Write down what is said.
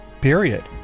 period